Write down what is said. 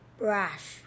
brush